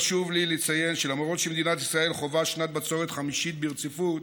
חשוב לי לציין שלמרות שמדינת ישראל חווה שנת בצורת חמישית ברציפות,